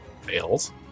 Fails